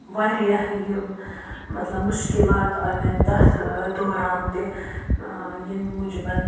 واریاہ یہِ مطلب مُشکِلات آےٚ مےٚ تَتھ دُورَان تہِ ییٚمہِ موٗجوٗب